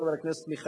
חבר הכנסת מיכאלי,